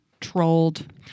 trolled